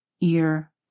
ear